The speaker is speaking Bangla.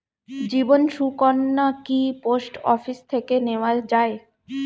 জীবন সুকন্যা কি পোস্ট অফিস থেকে নেওয়া যায়?